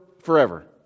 forever